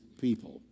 people